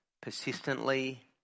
persistently